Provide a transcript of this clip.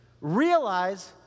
Realize